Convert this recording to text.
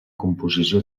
composició